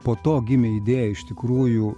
po to gimė idėja iš tikrųjų